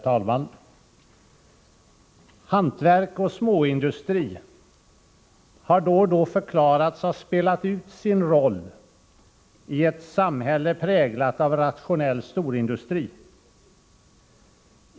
Herr talman! Hantverk och småindustri har då och då förklarats ha spelat ut sin roll i ett samhälle präglat av rationell storindustri.